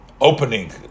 opening